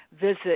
visit